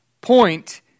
point